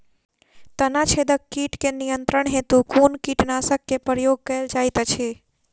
तना छेदक कीट केँ नियंत्रण हेतु कुन कीटनासक केँ प्रयोग कैल जाइत अछि?